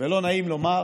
ולא נעים לומר,